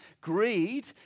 Greed